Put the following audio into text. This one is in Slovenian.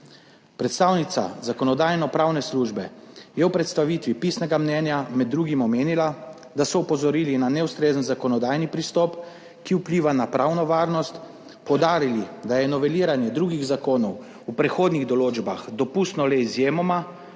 Predstavnica Zakonodajno-pravne službe je v predstavitvi pisnega mnenja med drugim omenila, da so opozorili na neustrezen zakonodajni pristop, ki vpliva na pravno varnost, poudarili, da je noveliranje drugih zakonov v prehodnih določbah dopustno le izjemoma